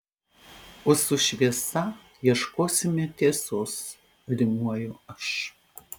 o su šviesa ieškosime tiesos rimuoju aš